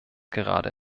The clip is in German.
gerade